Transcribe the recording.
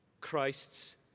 Christ's